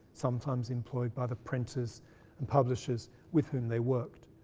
sometimes employed by the printers and publishers with whom they worked.